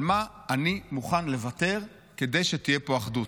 על מה אני מוכן לוותר כדי שתהיה פה אחדות.